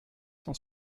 cent